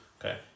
Okay